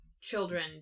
children